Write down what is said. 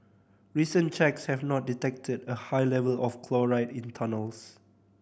recent checks have not detected a high level of chloride in tunnels